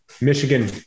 Michigan